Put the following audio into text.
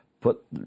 put